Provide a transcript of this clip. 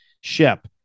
Shep